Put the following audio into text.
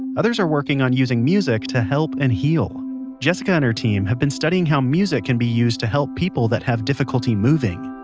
others are working on using music to help and heal jessica and her team have been studying how music can be used to help people that have difficulty moving